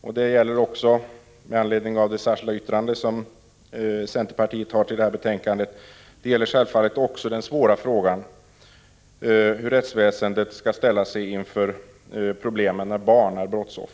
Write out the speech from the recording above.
Det gäller självfallet också — detta sagt med tanke på det särskilda yttrande centerpartiet har gjort till detta betänkande — den svåra frågan hur rättsväsendet skall ställa sig inför problemen när barn är brottsoffer.